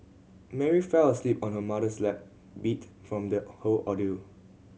Mary fell asleep on her mother's lap beat from the whole ordeal